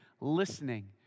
Listening